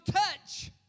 touch